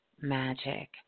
Magic